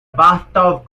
bathtub